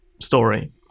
story